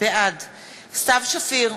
בעד סתיו שפיר,